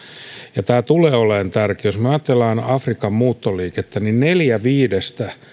ja se tulee olemaan tärkeä jos ajatellaan afrikan muuttoliikettä niin neljä viidestä muutosta